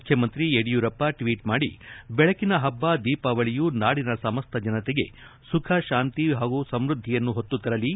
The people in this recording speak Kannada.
ಮುಖ್ಯಮಂತ್ರಿ ಯಡಿಯೂರಪ್ಪ ಟ್ವೀಟ್ ಮಾದಿ ಬೆಳಕಿನ ಹಬ್ಬ ದೀಪಾವಳಿಯು ನಾದಿನ ಸಮಸ್ತ ಜನತೆಗೆ ಸುಖ ಶಾಂತಿ ಹಾಗೂ ಸಮೃದ್ದಿಯನ್ನು ಹೊತ್ತು ತರಲಿ